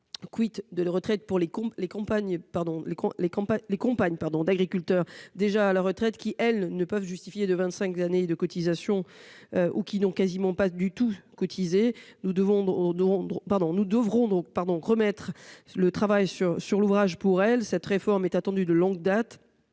porte sur les pensions des compagnes d'agriculteurs déjà à la retraite qui, elles, ne peuvent justifier de vingt-cinq années de cotisations ou qui n'ont quasiment pas du tout cotisé. Nous devrons remettre l'ouvrage sur le métier pour ces femmes. Cette réforme est attendue de longue date,